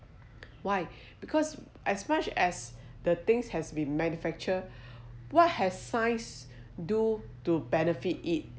why because as much as the things have been manufactured what have science do to benefit it